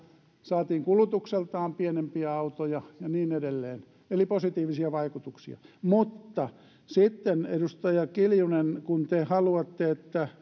saatiin kulutukseltaan pienempiä autoja ja niin edelleen eli positiivisia vaikutuksia mutta sitten edustaja kiljunen kun te haluatte että